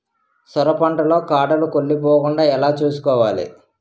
సొర పంట లో కాడలు కుళ్ళి పోకుండా ఎలా చూసుకోవాలి?